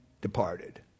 departed